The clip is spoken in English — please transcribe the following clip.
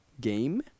game